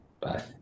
Bye